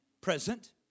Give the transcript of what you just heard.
present